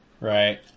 Right